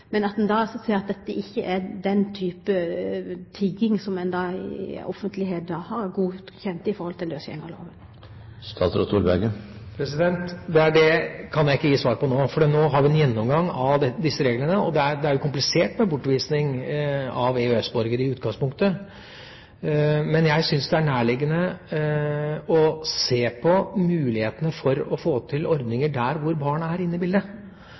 men sier en da at dette ikke er den type tigging som en offentlig har godkjent i forhold til løsgjengerloven? Det kan jeg ikke gi svar på nå, for vi har en gjennomgang av disse reglene. Det er komplisert med bortvisning av EØS-borgere i utgangspunktet, men jeg syns det er nærliggende å se på mulighetene for å få til ordninger der det er barn inne i bildet.